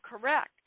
correct